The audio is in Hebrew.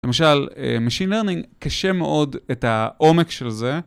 למשל, Machine Learning קשה מאוד את העומק של זה.